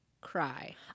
cry